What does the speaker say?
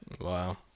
Wow